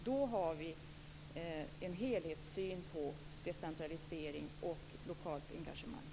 Då har vi en helhetssyn på decentralisering och lokalt engagemang.